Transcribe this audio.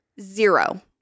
Zero